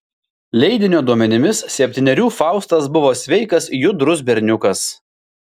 leidinio duomenimis septynerių faustas buvo sveikas judrus berniukas